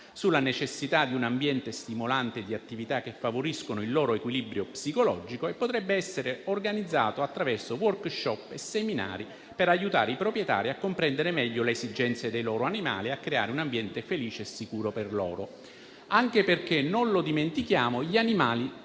sulla necessità di un ambiente stimolante e di attività che favoriscano il loro equilibrio psicologico e potrebbe essere organizzato attraverso *workshop* e seminari per aiutare i proprietari a comprendere meglio le esigenze dei loro animali e a creare un ambiente felice e sicuro per loro. Non dimentichiamo inoltre